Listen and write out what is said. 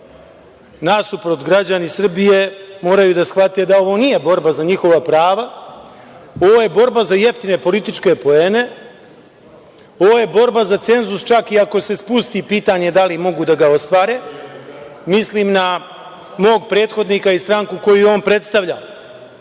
prava. Nasuprot, građani Srbije moraju da shvate da ovo nije borba za njihova prava, ovo je borba za jeftine političke poene, ovo je borba za cenzus čak i ako se spusti, pitanje je da li mogu da ga ostvare, mislim na mog prethodnika i stranku koju on predstavlja. Napad